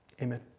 amen